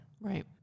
Right